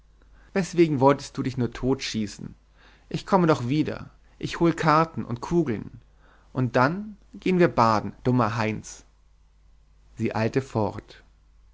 weswegen wolltest du dich nur totschießen ich komme doch wieder ich hol karten und kugeln und dann gehen wir baden dummer heinz sie eilte fort